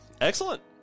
Excellent